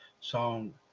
song